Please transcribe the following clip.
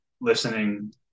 listening